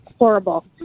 Horrible